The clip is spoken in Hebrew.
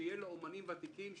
שיהיה לאומנים ותיקים,